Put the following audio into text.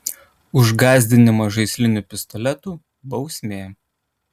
už gąsdinimą žaisliniu pistoletu bausmė